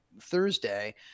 Thursday